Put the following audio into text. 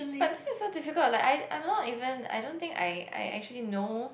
but this is so difficult I'm like I I'm not even I don't think I I actually know